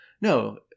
no